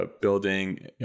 building